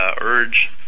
urge